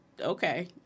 okay